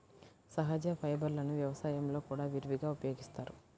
సహజ ఫైబర్లను వ్యవసాయంలో కూడా విరివిగా ఉపయోగిస్తారు